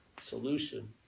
solution